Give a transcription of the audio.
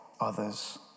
others